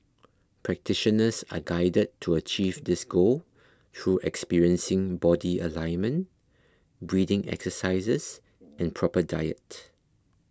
practitioners are guided to achieve this goal through experiencing body alignment breathing exercises and proper diet